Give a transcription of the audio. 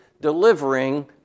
delivering